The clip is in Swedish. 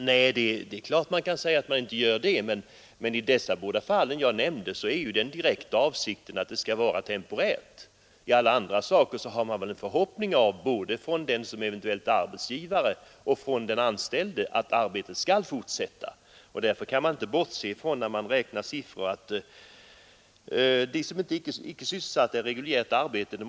Nej, det är klart, men i dessa båda fall som jag nämnde är den direkta avsikten att arbetet skall vara temporärt. I andra fall har både arbetsgivaren och den anställde en förhoppning om att arbetet skall fortsätta, och därför måste man, när man anger siffror härvidlag, räkna med även dem som icke är sysselsatta i reguljärt arbete.